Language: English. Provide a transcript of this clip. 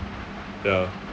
ya